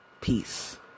Peace